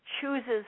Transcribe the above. chooses